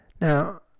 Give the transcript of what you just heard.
Now